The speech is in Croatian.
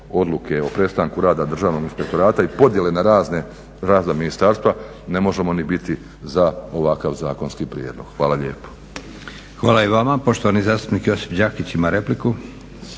odluke o prestanku rada Državnog inspektorata i podjele na razna ministarstva ne možemo ni biti za ovakav zakonski prijedlog. Hvala lijepo. **Leko, Josip (SDP)** Hvala i vama. Poštovani zastupnik Josip Đakić ima repliku.